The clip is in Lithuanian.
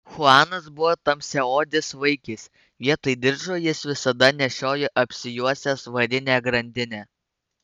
chuanas buvo tamsiaodis vaikis vietoj diržo jis visada nešiojo apsijuosęs varinę grandinę